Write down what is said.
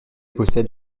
possède